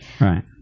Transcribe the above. Right